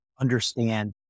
understand